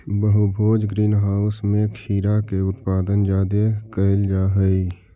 बहुभुज greenhouse में खीरा के उत्पादन जादे कयल जा हई